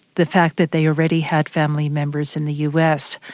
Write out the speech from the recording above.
the fact that they already had family members in the us.